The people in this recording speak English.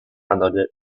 another